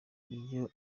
iyo